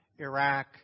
Iraq